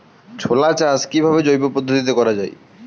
ছোলা চাষ কিভাবে জৈব পদ্ধতিতে করা যায়?